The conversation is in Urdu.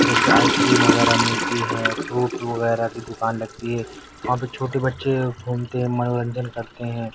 جیسے آئس کریم وغیرہ ملتی ہیں فروٹ وغیرہ کی دُکان لگتی ہے وہاں پہ چھوٹے بچے گھومتے ہیں منورنجن کرتے ہیں